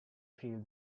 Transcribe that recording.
feel